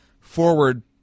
forward